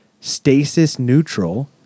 stasis-neutral